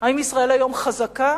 האם ישראל היום חזקה